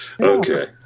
Okay